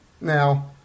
Now